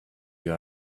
you